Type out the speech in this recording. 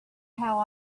how